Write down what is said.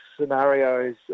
scenarios